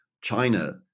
China